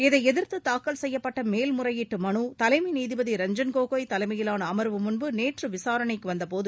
இதை எதிர்த்து தாக்கல் செய்யப்பட்ட மேல்முறையீட்டு மனு தலைமை நீதிபதி ரஞ்சன் கோகோய் தலைமையிலாள அமர்வு முன்பு நேற்று விசாரணைக்கு வந்தபோது